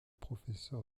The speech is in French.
professeur